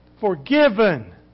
Forgiven